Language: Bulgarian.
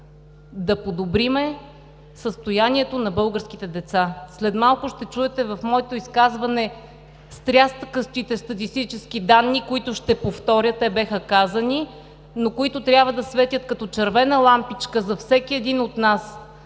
да подобрим състоянието на българските деца. След малко в изказването ми ще чуете стряскащи статистически данни, които ще повторя – те бяха казани, но трябва да светят като червена лампичка за всеки един от нас